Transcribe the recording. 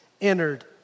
entered